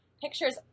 pictures